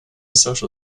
social